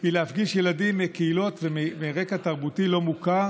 היא להפגיש ילדים מקהילות ומרקע תרבותי לא מוכר